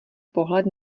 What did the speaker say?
pohled